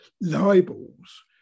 libels